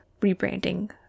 rebranding